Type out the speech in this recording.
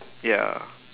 ya